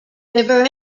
river